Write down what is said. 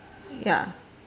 ya